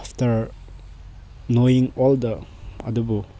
after knowing all the ꯑꯗꯨꯕꯨ